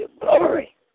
glory